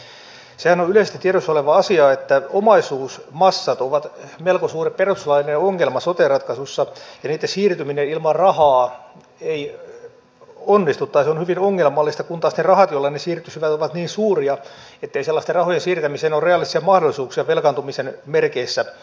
sehän on yleisesti tiedossa oleva asia että omaisuusmassat ovat melko suuri perustuslaillinen ongelma sote ratkaisuissa ja niitten siirtyminen ilman rahaa ei onnistu tai se on hyvin ongelmallista kun taas ne rahat joilla ne siirtyisivät ovat niin suuria ettei sellaisten rahojen siirtämiseen ole realistisia mahdollisuuksia velkaantumisen merkeissä